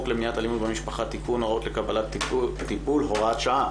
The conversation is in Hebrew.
למניעת אלימות במשפחה (תיקון הוראה לקבלת טיפול) (הוראת שעה),